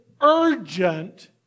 urgent